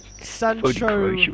Sancho